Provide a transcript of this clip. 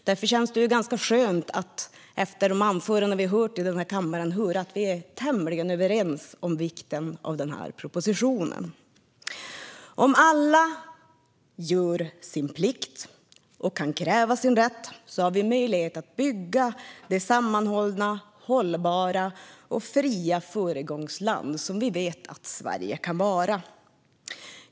Det känns därför skönt efter att ha hört dagens anföranden att inse att vi är tämligen överens om vikten av denna proposition. Om alla gör sin plikt och kräver sin rätt har vi möjlighet att bygga det sammanhållna, hållbara och fria föregångsland som vi vet att Sverige kan vara.